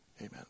amen